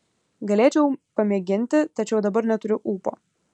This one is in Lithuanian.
galėčiau pamėginti tačiau dabar neturiu ūpo